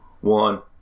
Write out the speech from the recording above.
one